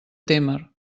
témer